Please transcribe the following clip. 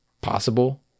possible